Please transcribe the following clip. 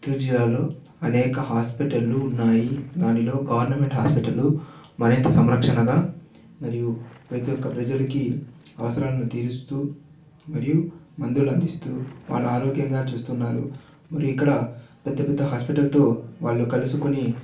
చిత్తూరు జిల్లాలో అనేక హాస్పిటళ్ళు ఉన్నాయి దానిలో గవర్నమెంట్ హాస్పిటళ్ళు మరింత సంరక్షణగా మరియు ప్రతి ఒక్క ప్రజలకి అవసరాలను తీరుస్తూ మరియు మందులు అందిస్తూ వాళ్ళ ఆరోగ్యంగా చూస్తున్నారు మరి ఇక్కడ పెద్ద పెద్ద హాస్పిటల్తో వాళ్ళు కలుసుకొని